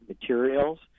materials